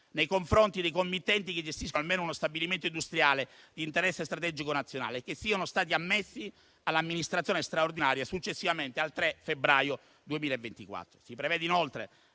nei confronti dei committenti che gestiscono almeno uno stabilimento industriale di interesse strategico nazionale, che siano stati ammessi all'amministrazione straordinaria successivamente al 3 febbraio 2024.